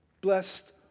Blessed